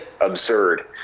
absurd